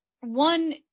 One